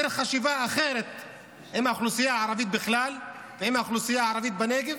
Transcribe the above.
דרך חשיבה אחרת עם האוכלוסייה הערבית בכלל ועם האוכלוסייה הערבית בנגב,